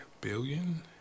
billion